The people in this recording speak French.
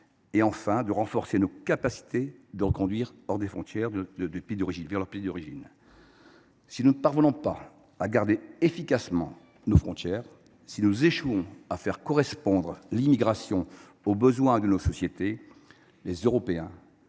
afin de renforcer nos capacités de reconduite vers les pays d’origine. Si nous ne parvenons pas à garder efficacement nos frontières, si nous échouons à faire correspondre l’immigration aux besoins de nos sociétés, les Européens